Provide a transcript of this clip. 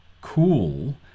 cool